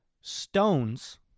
stones